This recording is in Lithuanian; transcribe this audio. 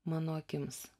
mano akims